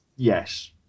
Yes